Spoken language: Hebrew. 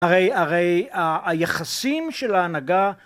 הרי... הרי ה...היחסים של ההנהגה...